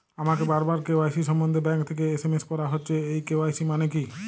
আমাকে বারবার কে.ওয়াই.সি সম্বন্ধে ব্যাংক থেকে এস.এম.এস করা হচ্ছে এই কে.ওয়াই.সি মানে কী?